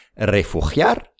refugiar